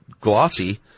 glossy